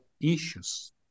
issues